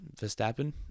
Verstappen